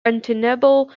untenable